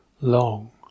Long